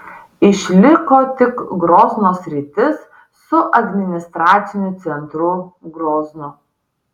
išliko tik grozno sritis su administraciniu centru groznu